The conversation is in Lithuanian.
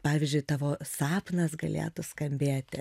pavyzdžiui tavo sapnas galėtų skambėti